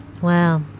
Wow